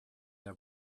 der